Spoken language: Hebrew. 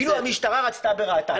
כאילו המשטרה רצתה ברעתם.